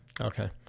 okay